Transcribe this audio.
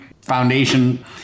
foundation